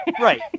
Right